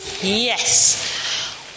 Yes